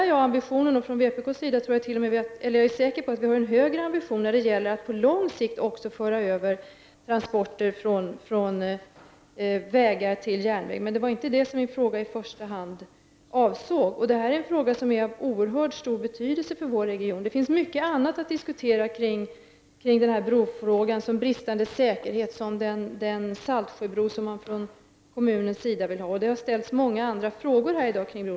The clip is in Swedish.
Jag är säker på att vi från vpk har en högre ambition när det gäller att på lång sikt föra över transporter från vägar till järnväg. Men det var inte detta som min fråga i första hand avsåg. Det här är en fråga som är av oerhört stor betydelse för vår region. Det finns mycket annat att diskutera kring denna brofråga, t.ex. bristande säkerhet och den saltsjöbro som kommunen vill ha. Det har även ställts andra frågor om bron som besvaras här i dag.